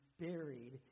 buried